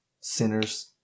sinners